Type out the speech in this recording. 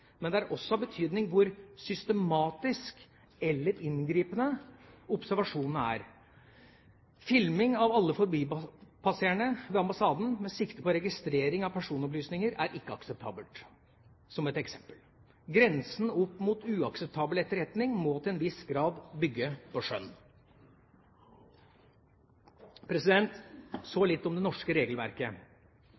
Men det har også betydning hvor systematisk eller inngripende observasjonene er. Filming av alle forbipasserende ved ambassaden med sikte på registrering av personopplysninger er ikke akseptabelt – som et eksempel. Grensen opp mot uakseptabel etterretning må til en viss grad bygge på skjønn. Så